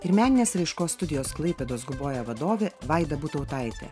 ir meninės raiškos studijos klaipėdos guboja vadovė vaida butautaitė